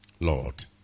Lord